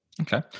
Okay